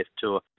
tour